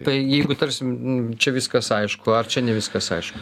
tai jeigu tarsi čia viskas aišku ar čia ne viskas aišku